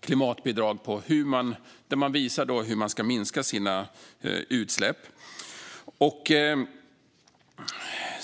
klimatbidrag där man visar hur man ska minska sina utsläpp.